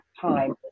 time